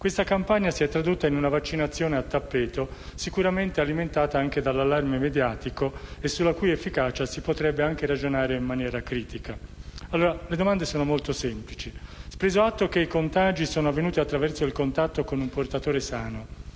questa campagna si è tradotta in una vaccinazione a tappeto, sicuramente alimentata anche dall'allarme mediatico e sulla cui efficacia si potrebbe ragionare in maniera critica. Le mie domande sono molto semplici. Anzitutto, preso atto che i contagi sono avvenuti attraverso il contatto con un portatore sano,